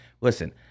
Listen